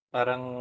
Parang